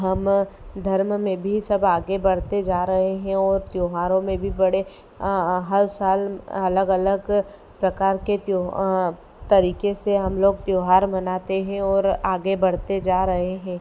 हम धर्म में भी सब आगे बढ़ते जा रहे हैं और त्योहारों में भी बड़े हर साल अलग अलग प्रकार के तरीके से हम लोग त्योहार मनाते हैं और आगे बढ़ते जा रहे हैं